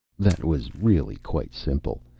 that was really quite simple.